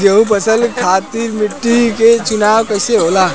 गेंहू फसल खातिर मिट्टी के चुनाव कईसे होला?